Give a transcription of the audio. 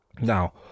Now